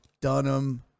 Dunham